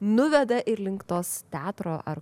nuveda ir link tos teatro ar